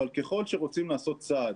אבל ככל שרוצים לעשות צעד,